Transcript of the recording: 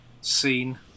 scene